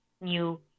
new